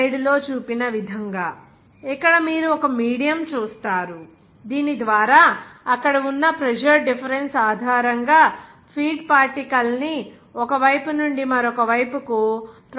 slide లో చూపిన విధంగా ఇక్కడ మీరు ఒక మీడియం చూస్తారు దీని ద్వారా అక్కడ ఉన్న ప్రెజర్ డిఫరెన్స్ ఆధారంగా ఫీడ్ పార్టికల్ ని ఒక వైపు నుండి మరొక వైపుకు ట్రాన్స్ఫర్ చేస్తారు